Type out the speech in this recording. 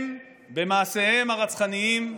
הם, הם, במעשיהם הרצחניים והשפלים,